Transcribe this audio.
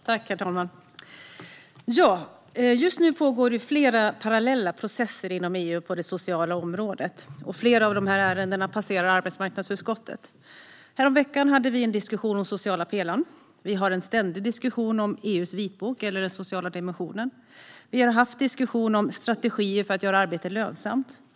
Herr talman! Just nu pågår flera parallella processer inom EU på det sociala området. Flera av ärendena passerar arbetsmarknadsutskottet. Häromveckan hade vi en diskussion om den sociala pelaren. Vi har en ständig diskussion om EU:s vitbok, det vill säga den sociala dimensionen. Vi har haft en diskussion om strategier för att göra arbete lönsamt.